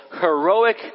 heroic